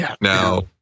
Now